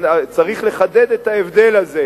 צריך לחדד את ההבדל הזה.